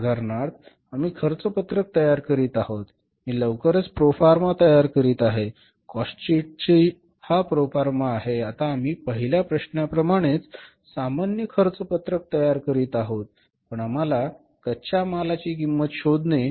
उदाहरणार्थ आम्ही खर्च पत्रक तयार करीत आहोत मी लवकरच प्रोफार्मा तयार करीत आहे कॉस्ट शीटची हा प्रोफार्मा आहे आता आम्ही पहिल्या प्रश्नप्रमाणेच सामान्य खर्च पत्रक तयार करीत आहोत पण आम्हाला कच्च्या मालाची किंमत शोधणे आवश्यक आहे